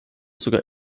sogar